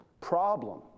problem